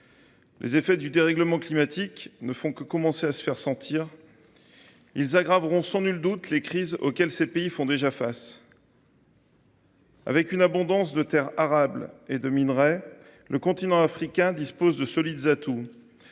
Les effets du dérèglement climatique ne font que commencer à se faire sentir. Ils aggraveront sans nul doute les crises auxquelles ces pays font déjà face. Avec une abondance de terres arables et de minerais, le continent africain dispose de solides atouts.